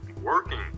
working